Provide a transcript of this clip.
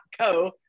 co